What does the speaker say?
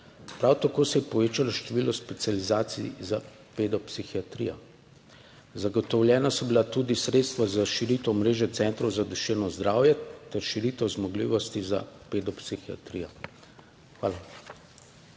Prav tako se je povečalo število specializacij za pedopsihiatrijo, zagotovljena so bila tudi sredstva za širitev mreže centrov za duševno zdravje ter širitev zmogljivosti za pedopsihiatrijo. Hvala.